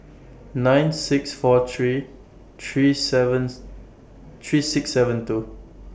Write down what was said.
nine six four three three seven three six seven two